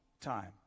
time